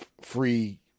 free